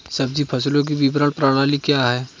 सब्जी फसलों की विपणन प्रणाली क्या है?